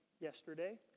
yesterday